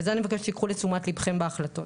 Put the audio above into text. וזה אני מבקשת שתקחו לתשומת לבכם בהחלטות.